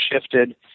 shifted